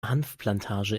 hanfplantage